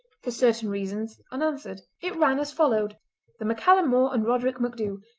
for certain reasons, unanswered. it ran as follows the maccallum more and roderick macdhu.